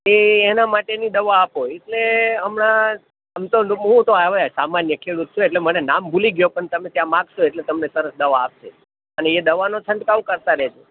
એ એનાં માટેની દવા આપો એટલે હમણાં આમ તો હું તો હવે સમાન્ય ખેડૂત છું એટલે મને નામ ભૂલી ગયો પણ તમે ત્યાં માંગશો એટલે તમને તરત દવા આપશે અને એ દવાનો છંટકાવ કરતાં રહેજો